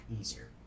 easier